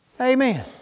Amen